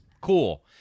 cool